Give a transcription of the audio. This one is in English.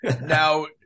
Now